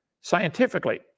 scientifically